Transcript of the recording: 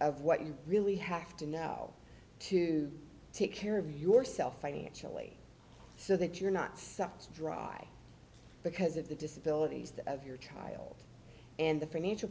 of what you really have to know how to take care of yourself financially so that you're not sucked dry because of the disability that of your child and the financial